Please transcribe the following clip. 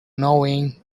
knowing